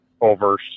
over